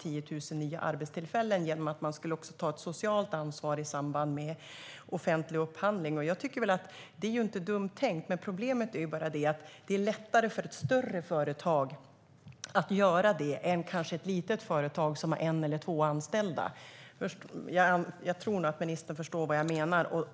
10 000 nya arbetstillfällen genom ett socialt ansvar i samband med offentlig upphandling. Det är inte dumt tänkt, men problemet är bara att det är lättare för ett större företag att göra det än för ett litet företag som har en eller två anställda. Jag tror nog att ministern förstår vad jag menar.